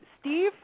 Steve